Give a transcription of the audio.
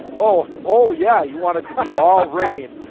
oh oh yeah, you want it to be all rain.